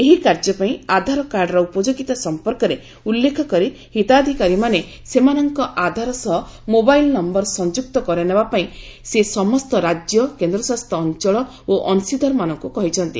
ଏହି କାର୍ଯ୍ୟପାଇଁ ଆଧାର କାର୍ଡ଼ର ଉପଯୋଗିତା ସମ୍ପର୍କରେ ଉଲ୍ଲେଖ କରି ହିତାଧିକାରୀମାନେ ସେମାନଙ୍କ ଆଧାର ସହ ମୋବାଇଲ୍ ନମ୍ଘର ସଂଯୁକ୍ତ କରାଇନେବାପାଇଁ ସେ ସମସ୍ତ ରାଜ୍ୟ କେନ୍ଦ୍ରଶାସିତ ଅଞ୍ଚଳ ଓ ଅଂଶୀଦାରମାନଙ୍କୁ କହିଛନ୍ତି